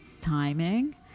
timing